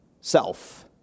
self